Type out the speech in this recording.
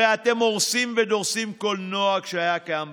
הרי אתם הורסים ודורסים כל נוהג שהיה קיים בכנסת.